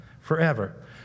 forever